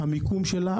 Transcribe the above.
המיקום שלה,